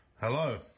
hello